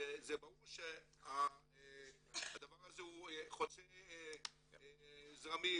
זה ברור שהדבר הזה חוצה זרמים,